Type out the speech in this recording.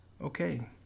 okay